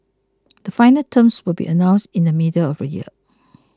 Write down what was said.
the final items will be announced in the middle of the year